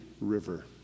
river